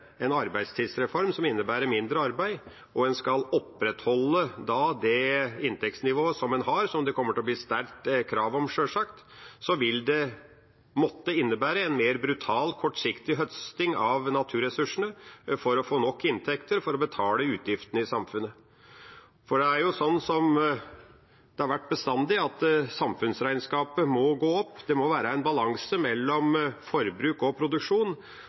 en arbeidstidsreform som innebærer mindre arbeid, og en skal opprettholde det inntektsnivået som en har – som det kommer til å bli et sterkt krav om, sjølsagt – vil det måtte innebære en mer brutal, kortsiktig høsting av naturressursene for å få nok inntekter til å betale utgiftene i samfunnet. For det er jo slik som det har vært bestandig, at samfunnsregnskapet må gå opp. Det må være en balanse mellom forbruk og produksjon,